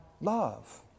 love